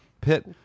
Pitt